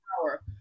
power